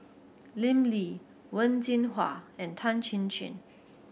Lim Lee Wen Jinhua and Tan Chin Chin